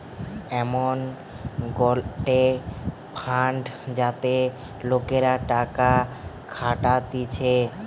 এমন গটে ফান্ড যাতে লোকরা টাকা খাটাতিছে